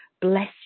bless